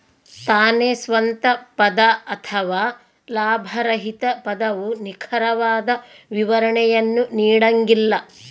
ತಾನೇ ಸ್ವಂತ ಪದ ಅಥವಾ ಲಾಭರಹಿತ ಪದವು ನಿಖರವಾದ ವಿವರಣೆಯನ್ನು ನೀಡಂಗಿಲ್ಲ